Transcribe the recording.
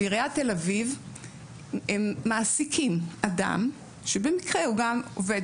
בעיריית תל אביב הם מעסיקים אדם שבמקרה הוא גם עובד